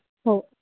हो